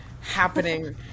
happening